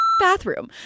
bathroom